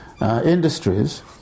industries